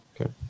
Okay